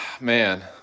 man